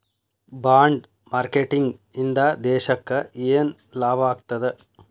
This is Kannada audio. ಬಾಂಡ್ ಮಾರ್ಕೆಟಿಂಗ್ ಇಂದಾ ದೇಶಕ್ಕ ಯೆನ್ ಲಾಭಾಗ್ತದ?